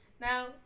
Now